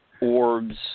orbs